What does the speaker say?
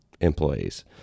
employees